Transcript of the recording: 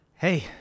Hey